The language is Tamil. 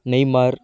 நெய்மார்